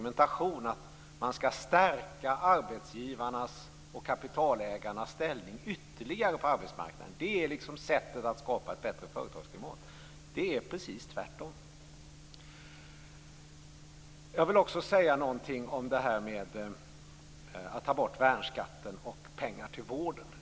Man skall ytterligare stärka arbetsgivarnas och kapitalägarnas ställning på arbetsmarknaden för att skapa ett bättre företagsklimat. Det är precis tvärtom. Jag vill också säga något om förslaget att ta bort värnskatten och ge pengar till vården.